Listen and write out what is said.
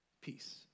Peace